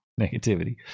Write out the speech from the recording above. negativity